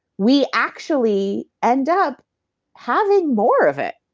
we actually end up having more of it.